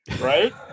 right